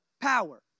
power